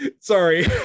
sorry